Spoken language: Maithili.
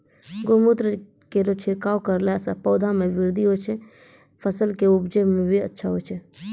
गौमूत्र केरो छिड़काव करला से पौधा मे बृद्धि होय छै फसल के उपजे भी अच्छा होय छै?